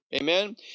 Amen